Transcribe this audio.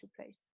place